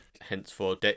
Henceforth